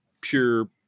pure